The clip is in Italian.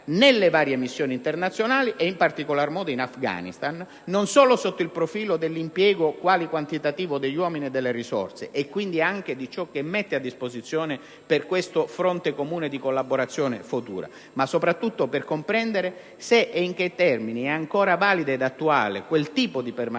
nelle varie missioni internazionali ed in particolar modo in Afghanistan, non solo sotto il profilo dell'impiego qualitativo e quantitativo degli uomini e delle risorse, e quindi anche di ciò che mette a disposizione per questo fronte comune di collaborazione futura; ma soprattutto per comprendere se e in che termini sia ancora valido ed attuale quel tipo di permanenza